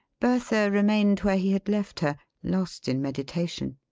bertha remained where he had left her, lost in meditation.